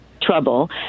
trouble